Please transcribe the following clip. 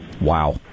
Wow